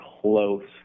close